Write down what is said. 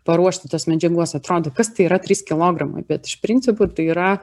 paruošti tos medžiagos atrodo kad tai yra trys kilogramai bet iš principo tai yra